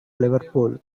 liverpool